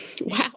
wow